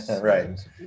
Right